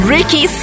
Ricky